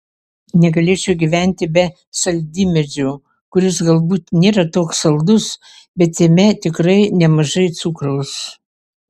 negalėčiau gyventi be saldymedžio kuris galbūt nėra toks saldus bet jame tikrai nemažai cukraus